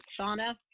Shauna